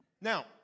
Now